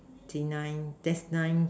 destine